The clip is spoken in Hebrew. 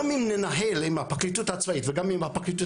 אם ננהל עם הפרקליטות הצבאית וגם עם הפרקליטות